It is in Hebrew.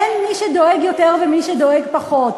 אין מי שדואג יותר ומי שדואג פחות,